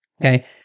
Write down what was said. Okay